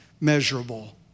measurable